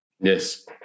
Yes